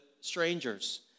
strangers